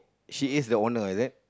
she is the owner is it